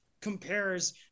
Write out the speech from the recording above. compares